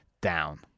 down